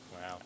Wow